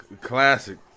Classic